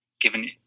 given